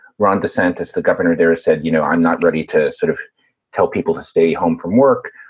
ron desantis, the governor there, said, you know, i'm not ready to sort of tell people to stay home from work